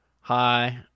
Hi